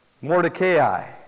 Mordecai